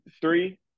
three